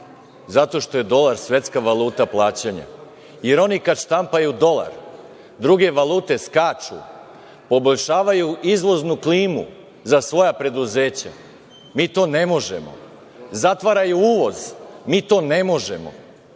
zato što je dolar svetska valuta plaćanja, jer oni kad štampaju dolar druge valute skaču, poboljšavaju izvoznu klimu za svoja preduzeća. Mi to ne možemo. Zatvaraju uvoz. Mi to ne možemo.